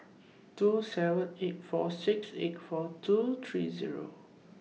two seven eight four six eight four two three Zero